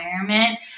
environment